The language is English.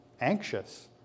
anxious